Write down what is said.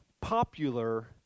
popular